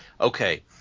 okay